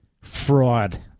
fraud